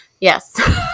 Yes